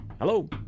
hello